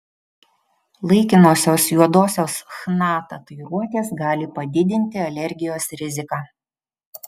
laikinosios juodosios chna tatuiruotės gali padidinti alergijos riziką